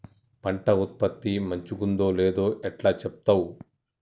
పంట ఉత్పత్తి మంచిగుందో లేదో ఎట్లా చెప్తవ్?